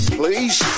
please